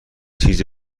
چیز